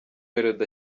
melody